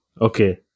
Okay